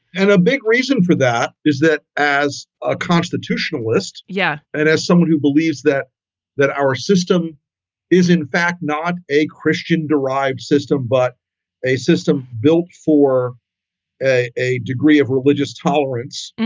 and a big reason for that is that as a constitutionalist. yeah and as somebody who believes that that our system is, in fact, not a christian derived system, but a system built for a a degree of religious tolerance.